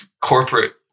corporate